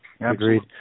Agreed